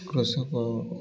କୃଷକ